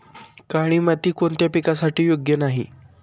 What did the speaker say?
काळी माती कोणत्या पिकासाठी योग्य नाही?